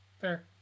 Fair